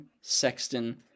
Sexton